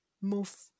move